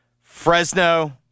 Fresno